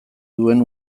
duen